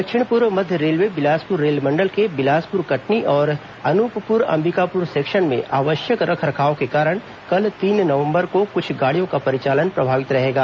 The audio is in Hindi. दक्षिण पूर्व मध्य रेलवे बिलासपुर रेलमंडल के बिलासपुर कटनी और अनूपपुर अंबिकापुर सेक्शन में आवश्यक रखरखाव के कारण कल तीन नवंबर को कुछ गाड़ियों का परिचालन प्रभावित रहेगा